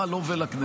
מה לו ולכנסת?